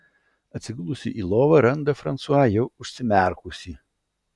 atsigulusi į lovą randa fransua jau užsimerkusį